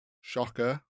Shocker